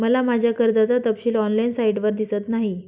मला माझ्या कर्जाचा तपशील ऑनलाइन साइटवर दिसत नाही